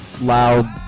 Loud